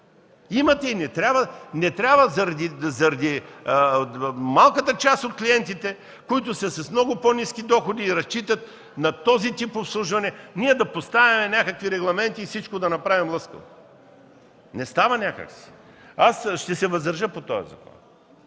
клиентела. Не трябва заради малката част от клиентите, които са с много по-ниски доходи и разчитат на този тип обслужване, да поставяме някакви регламенти и всичко да го направим лъскаво. Не става някак си. Ще се въздържа по този закон.